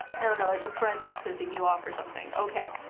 i don't know, like a friend that's pissing you off or something. okay.